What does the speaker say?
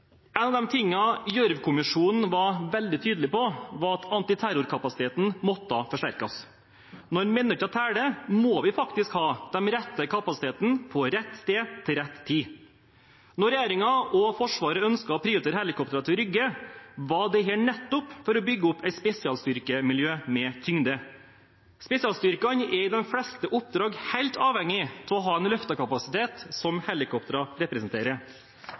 En av de tingene Gjørv-kommisjonen var veldig tydelig på, var at antiterrorkapasiteten måtte forsterkes. Når mennesker teller, må vi faktisk ha den rette kapasiteten på rett sted til rett tid. Når regjeringen og Forsvaret ønsket å prioritere helikoptre til Rygge, var dette nettopp for å bygge opp et spesialstyrkemiljø med tyngde. Spesialstyrkene er i de fleste oppdrag helt avhengig av å ha den løftekapasiteten som helikoptrene representerer.